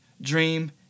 dream